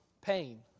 pain